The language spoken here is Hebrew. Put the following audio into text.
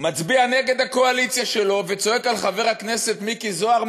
מצביע נגד הקואליציה שלו וצועק על חבר הכנסת מיקי זוהר,